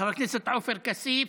חבר הכנסת עופר כסיף,